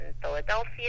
Philadelphia